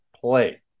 play